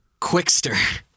Quickster